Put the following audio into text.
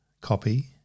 copy